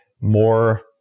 more